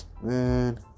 Man